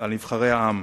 העם: